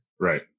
Right